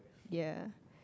ya